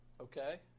Okay